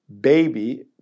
baby